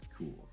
cool